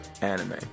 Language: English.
anime